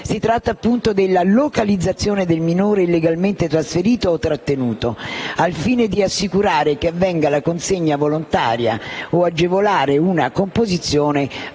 Si tratta appunto della localizzazione del minore illegalmente trasferito o trattenuto, al fine di assicurare che avvenga la consegna volontaria o agevolare una composizione amichevole;